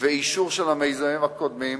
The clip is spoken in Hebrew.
ואישור של המיזמים הקודמים.